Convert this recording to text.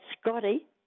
Scotty